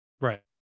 Right